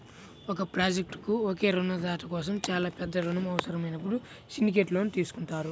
ఒక ప్రాజెక్ట్కు ఒకే రుణదాత కోసం చాలా పెద్ద రుణం అవసరమైనప్పుడు సిండికేట్ లోన్ తీసుకుంటారు